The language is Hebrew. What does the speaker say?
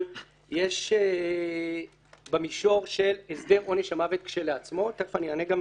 יש במישור של הסדר עונש המוות כשלעצמו תיכף אני אענה גם